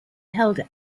held